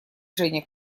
женя